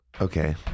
Okay